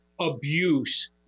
abuse